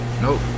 Nope